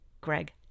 Greg